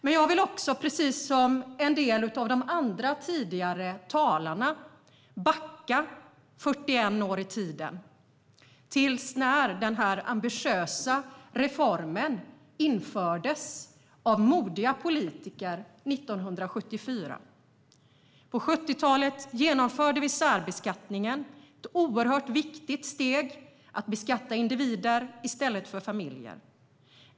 Men jag vill också, precis som en del av de tidigare talarna, backa 41 år tillbaka i tiden, då denna ambitiösa reform infördes av modiga politiker 1974. På 70-talet genomförde vi särbeskattningen. Det var ett oerhört viktigt steg att beskatta individer i stället för familjer.